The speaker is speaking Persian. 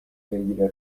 بگیره